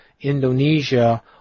Indonesia